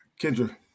Kendra